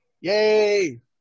Yay